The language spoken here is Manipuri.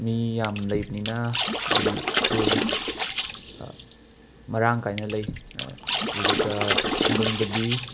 ꯃꯤ ꯌꯥꯝ ꯂꯩꯕꯅꯤꯅ ꯍꯥꯏꯗꯤ ꯁ꯭ꯀꯨꯜ ꯃꯔꯥꯡ ꯀꯥꯏꯅ ꯂꯩ ꯑꯗꯨꯗꯨꯒ ꯈꯨꯡꯒꯪꯗꯗꯤ